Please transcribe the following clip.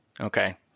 Okay